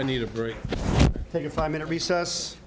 i need a break take a five minute recess